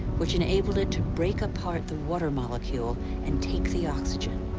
which enabled it to break apart the water molecule and take the oxygen.